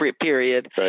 period